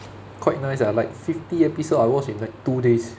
quite nice ah like fifty episode I watch in like two days